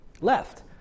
left